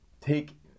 take